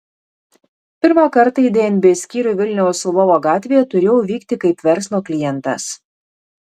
pirmą kartą į dnb skyrių vilniaus lvovo gatvėje turėjau vykti kaip verslo klientas